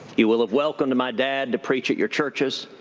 you will have welcomed my dad to preach at your churches.